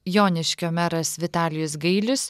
joniškio meras vitalijus gailius